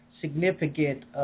significant